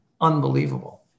Unbelievable